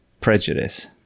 prejudice